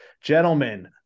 gentlemen